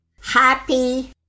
happy